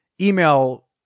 email